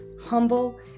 humble